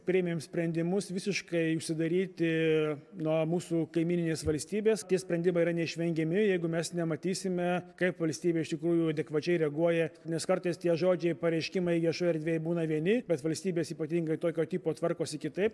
priėmėm sprendimus visiškai užsidaryti nuo mūsų kaimyninės valstybės tie sprendimai yra neišvengiami jeigu mes nematysime kaip valstybė iš tikrųjų adekvačiai reaguoja nes kartais tie žodžiai pareiškimai viešoj erdvėj būna vieni bet valstybės ypatingai tokio tipo tvarkosi kitaip